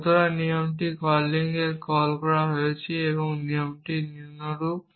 সুতরাং এই নিয়মটি সেই কলিং এ কল করা হয়েছে এবং নিয়মটি নিম্নরূপ